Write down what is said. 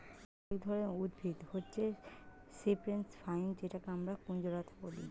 এক ধরনের উদ্ভিদ হচ্ছে সিপ্রেস ভাইন যেটাকে আমরা কুঞ্জলতা বলি